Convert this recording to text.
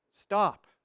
Stop